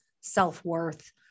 self-worth